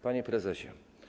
Panie Prezesie!